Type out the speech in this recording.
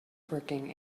working